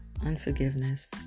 unforgiveness